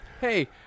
hey